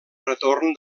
retorn